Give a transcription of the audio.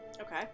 Okay